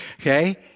okay